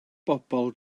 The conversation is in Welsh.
bobol